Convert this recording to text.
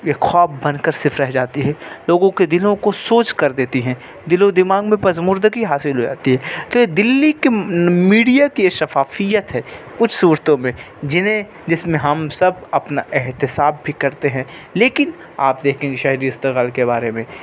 ایک خواب بن کر صرف رہ جاتی ہے لوگوں کے دلوں کو سوچ کر دیتی ہیں دل و دماغ میں پژمردگی حاصل ہو جاتی ہے تو یہ دلی کی میڈیا کی یہ شفافیت ہے کچھ صورتوں میں جنہیں جس میں ہم سب اپنا احتساب بھی کرتے ہیں لیکن آپ دیکھیں گے شہری اسٹرگل کے بارے میں